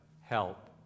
help